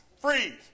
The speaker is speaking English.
Freeze